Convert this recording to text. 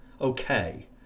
okay